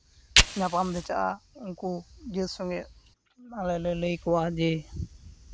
ᱧᱟᱯᱟᱢ ᱫᱷᱮᱪᱟᱜᱼᱟ ᱩᱱᱠᱩ ᱡᱟᱹᱛ ᱥᱚᱸᱜᱮ ᱟᱞᱮᱞᱮ ᱞᱟᱹᱭ ᱠᱚᱣᱟ ᱡᱮ